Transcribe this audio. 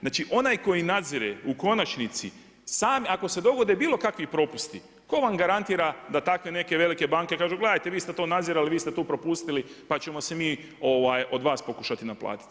Znači, onaj koji nadzire, u konačnici, sam ako se dogode bilo kakvi propusti, tko vam garantira, da takve neke velike banke, kažu, gledajte vi ste to nadzirali, vi ste to propustili, pa ćemo se mi od vas pokušati naplatiti.